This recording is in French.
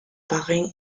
parrain